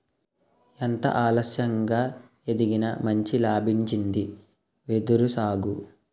ఎంతో ఆలస్యంగా ఎదిగినా మంచి లాభాల్నిచ్చింది వెదురు సాగు